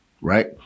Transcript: Right